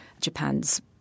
Japan's